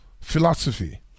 philosophy